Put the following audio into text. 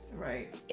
right